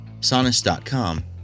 sonus.com